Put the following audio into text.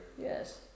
Yes